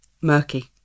Murky